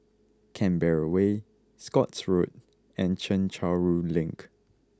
Canberra Way Scotts Road and Chencharu Link